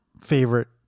favorite